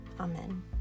Amen